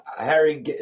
Harry